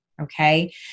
okay